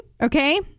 okay